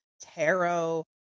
tarot